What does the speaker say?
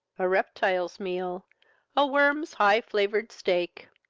a reptile's meal a worm's high-flavour'd steak,